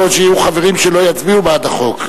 יכול להיות שיהיו חברים שלא יצביעו בעד החוק.